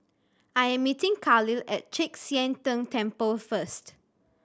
I am meeting Kahlil at Chek Sian Tng Temple first